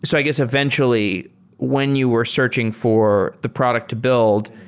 so i guess eventually when you were searching for the product to build,